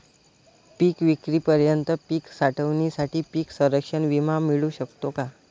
पिकविक्रीपर्यंत पीक साठवणीसाठी पीक संरक्षण विमा मिळू शकतो का?